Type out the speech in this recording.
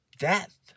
death